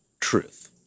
truth